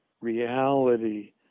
reality